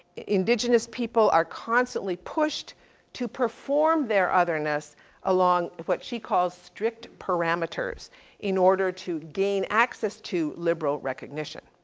indigenous people are constantly pushed to perform their otherness along, what she calls, strict parameters in order to gain access to liberal recognition.